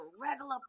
regular